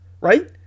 right